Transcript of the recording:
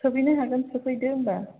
सोफैनो हागोन सोफैदो होनबा